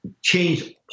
change